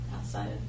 outside